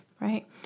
right